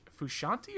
Fushanti